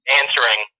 answering